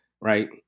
right